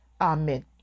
Amen